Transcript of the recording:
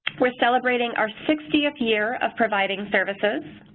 we are celebrating our sixtieth year of providing services.